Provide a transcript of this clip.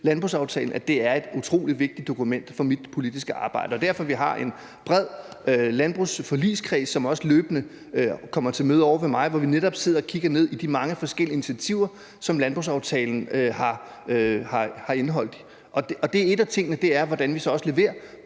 landbrugsaftalen, er et utrolig vigtigt dokument for mit politiske arbejde, og det er derfor, vi har en bred landbrugsforligskreds, som også løbende kommer til møde ovre ved mig, hvor vi netop sidder og kigger ned i de mange forskellige initiativer, som landbrugsaftalen indeholder. En af tingene er, hvordan vi så leverer